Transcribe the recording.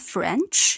French